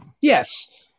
yes